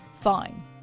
Fine